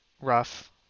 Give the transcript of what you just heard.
rough